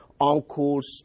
uncles